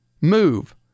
move